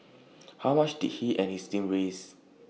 how much did he and his team raise